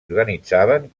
organitzaven